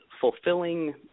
fulfilling